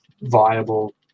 viable